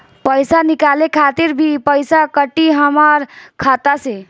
पईसा निकाले खातिर भी पईसा कटी हमरा खाता से?